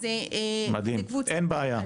אז --- אין שום בעיה.